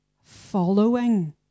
following